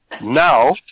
now